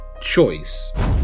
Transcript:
choice